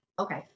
Okay